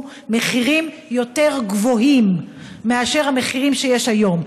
מחירים יותר גבוהים מהמחירים שיש היום,